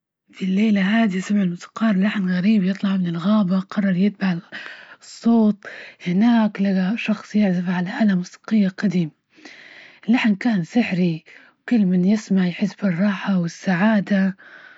في الليلة هذى سمع الموسيقار لحن غريب يطلع من الغابة، قرر يتبع الصوت هناك لجى شخص يعزف على آلة موسيقية قديم اللحن كان سحري وكل من يسمع يحس بالراحة والسعادة.